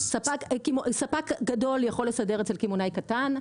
ספק גדול יכול לסדר אצל קמעונאי קטן,